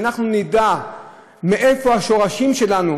שאנחנו נדע איפה השורשים שלנו.